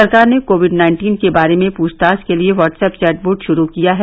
सरकार ने COVID nineteen के बारे में पूछताछ के लिए व्हाट्सएप चैटबोट शुरू किया है